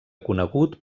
conegut